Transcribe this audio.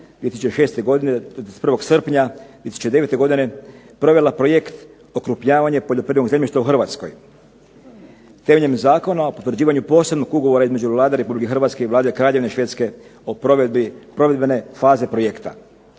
2006. godine do 31. srpnja 2009. godine provela projekt "Okrupnjavanje poljoprivrednog zemljišta u Hrvatskoj" temeljem Zakona o potvrđivanju Posebnog ugovora između Vlade Republike Hrvatske i Vlade Kraljevine Švedske o provedbi provedbene faze projekta.